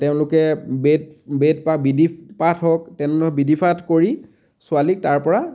তেওঁলোকে বেদ বেদ বা বিধি পাঠ হওক তেনে ধৰণৰ বিধি পাঠ কৰি ছোৱালীক তাৰ পৰা